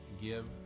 give